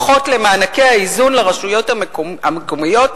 פחות למענקי האיזון לרשויות המקומיות,